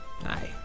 Aye